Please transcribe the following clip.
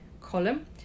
column